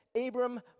Abram